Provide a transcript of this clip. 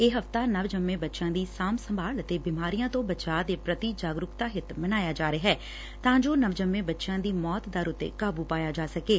ਇਹ ਹਫ਼ਤਾ ਨਵਜੰਮੇ ਬਚਿਆਂ ਦੀ ਸਾਂਭ ਸੰਭਾਲ ਅਤੇ ਬਿਮਾਰੀਆਂ ਤੋ ਬਚਾਅ ਦੇ ਪੂਤੀ ਜਾਗਰੂਕਤਾ ਹਿੱਤ ਮਨਾਇਆ ਜਾ ਰਿਹੈ ਤਾਂ ਜੋ ਨਵਜੰਮੇ ਬਚਿਆਂ ਦੀ ਮੌਤ ਦਰ ਉੱਤੇ ਕਾਬੁ ਪਾਇਆ ਜਾ ਸਕੇ